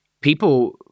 people –